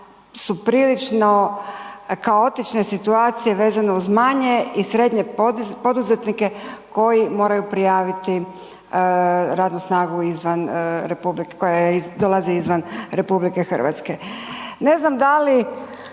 su prilično kaotične situacije vezano uz manje i srednje poduzetnike koji moraju prijaviti radnu snagu koja dolazi izvan RH. Ne znam da li